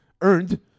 earned